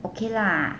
okay lah